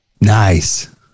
Nice